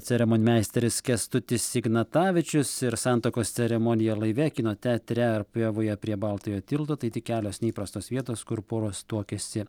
ceremonmeisteris kęstutis ignatavičius ir santuokos ceremonija laive kino teatre ar pievoje prie baltojo tilto tai tik kelios neįprastos vietos kur poros tuokėsi